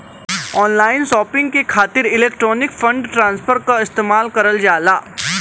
online shopping के खातिर electronic fund transfer क इस्तेमाल करल जाला